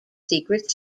secret